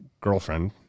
girlfriend